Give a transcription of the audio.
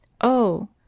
Oh